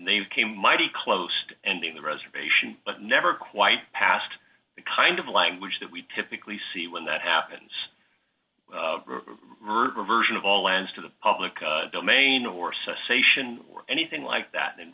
names came mighty close to ending the reservation but never quite passed the kind of language that we typically see when that happens reversion of all lands to the public domain or cessation or anything like that